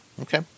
Okay